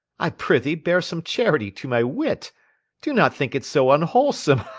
i pr'ythee, bear some charity to my wit do not think it so unwholesome